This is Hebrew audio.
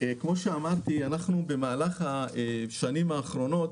כמו שאמרתי, במהלך השנים האחרונות